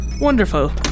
wonderful